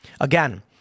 Again